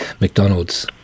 McDonald's